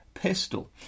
pistol